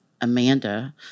Amanda